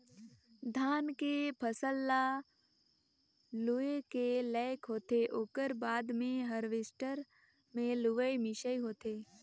धान के फसल ह लूए के लइक होथे ओकर बाद मे हारवेस्टर मे लुवई मिंसई होथे